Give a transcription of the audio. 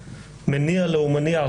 אותו ימ"ר ש"י,